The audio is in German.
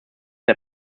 der